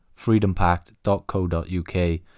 freedompact.co.uk